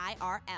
IRL